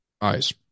eyes